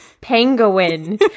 penguin